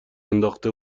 انداخته